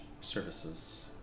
services